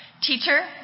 Teacher